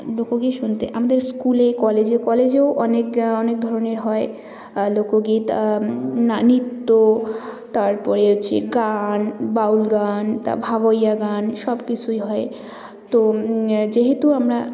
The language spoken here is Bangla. লোকগীত শুনতে আমাদের স্কুলে কলেজে কলেজেও অনেক অনেক ধরনের হয় লোকগীত না নৃত্য তারপরে হচ্ছে গান বাউল গান তা ভাওয়াইয়া গান সব কিছুই হয় তো যেহেতু আমরা